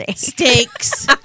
Steaks